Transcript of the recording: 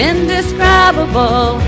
Indescribable